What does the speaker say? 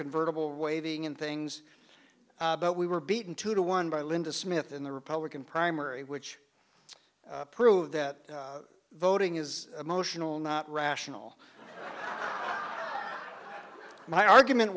convertible waving in things but we were beaten two to one by linda smith in the republican primary which prove that voting is emotional not rational my argument